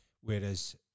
Whereas